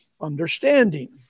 understanding